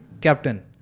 captain